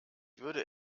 würde